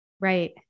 Right